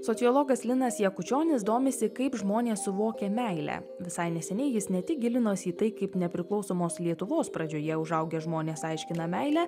sociologas linas jakučionis domisi kaip žmonės suvokia meilę visai neseniai jis ne tik gilinosi į tai kaip nepriklausomos lietuvos pradžioje užaugę žmonės aiškina meilę